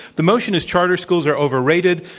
the motion is, charter schools are overrated.